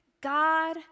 God